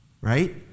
right